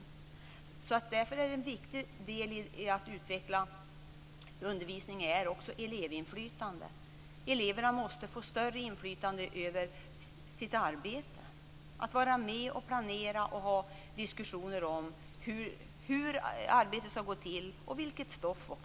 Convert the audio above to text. Därför är också elevinflytande en viktig del i att utveckla undervisningen. Eleverna måste få större inflytande över sitt arbete. De måste vara med och planera och ha diskussioner om hur arbetet skall gå till - och också om stoffet.